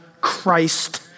Christ